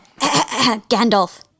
Gandalf